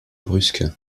brusque